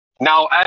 Now